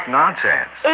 nonsense